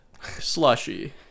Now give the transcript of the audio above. Slushy